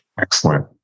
Excellent